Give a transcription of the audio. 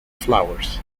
flowers